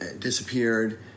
disappeared